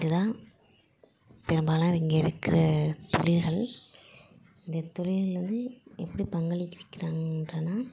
இதுதான் பெரும்பாலும் இங்கே இருக்கிற தொழில்கள் இந்த தொழிலில் வந்து எப்படி பங்களிச்சுக்கிறாங்ன்றனா